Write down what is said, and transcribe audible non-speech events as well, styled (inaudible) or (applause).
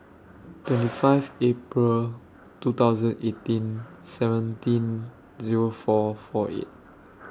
(noise) twenty five April two thousand eighteen seventeen Zero four four eight